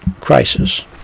Crisis